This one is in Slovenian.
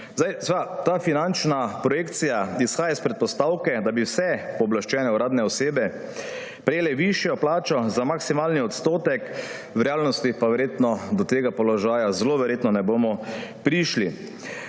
proračuna. Ta finančna projekcija izhaja iz predpostavke, da bi vse pooblaščene uradne osebe prejele višjo plačo za maksimalni odstotek, v realnosti pa verjetno, zelo verjetno do tega položaja ne bomo prišli.